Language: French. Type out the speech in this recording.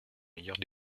meilleurs